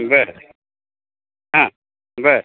बरं हां बरं